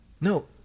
No